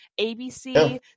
ABC